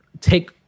take